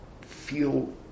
feel